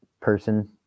person